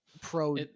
pro